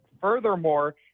Furthermore